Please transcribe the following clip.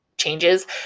changes